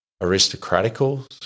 aristocratical